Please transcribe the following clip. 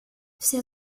все